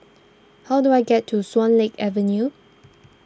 how do I get to Swan Lake Avenue